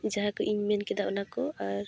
ᱡᱟᱦᱟᱸ ᱠᱚ ᱤᱧ ᱢᱮᱱᱠᱮᱫᱟ ᱚᱱᱟᱠᱚ ᱟᱨ